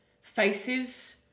faces